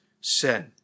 sin